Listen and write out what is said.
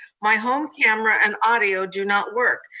my home camera and audio do not work.